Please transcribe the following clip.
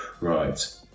Right